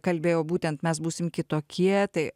kalbėjau būtent mes būsim kitokie tai